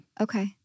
Okay